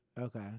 Okay